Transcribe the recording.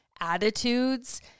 attitudes